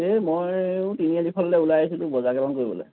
এই ময়ো তিনিআলিৰ ফালে ওলাই আছিলোঁ বজাৰ কেইটা মান কৰিবলৈ